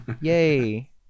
yay